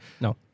No